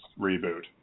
reboot